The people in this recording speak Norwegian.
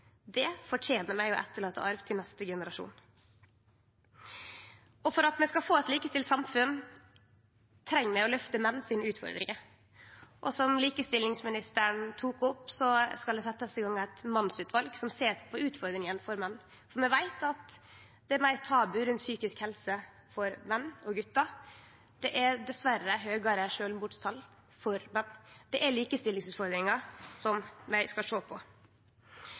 For at vi skal få eit likestilt samfunn, treng vi å løfte menn sine utfordringar. Som likestillingsministeren tok opp, skal det setjast i gang eit mansutval som ser på utfordringa for menn. Vi veit at det er fleire tabu rundt psykisk helse for menn og gutar, det er dessverre høgare sjølvmordstal for menn, og det er likestillingsutfordringar som vi skal sjå på.